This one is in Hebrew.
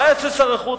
מה יעשה שר החוץ?